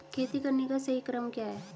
खेती करने का सही क्रम क्या है?